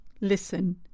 listen